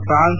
France